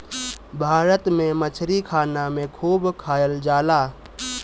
भारत में मछरी खाना में खूब खाएल जाला